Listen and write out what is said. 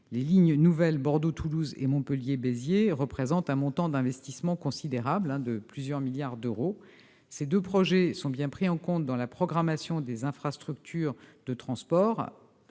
les lignes nouvelles Bordeaux-Toulouse et Montpellier-Béziers représentent un montant total d'investissement considérable, qui atteint plusieurs milliards d'euros. Ces deux projets sont bien pris en compte dans la programmation des grandes infrastructures de transport,